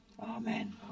Amen